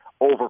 over